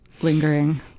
lingering